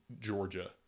Georgia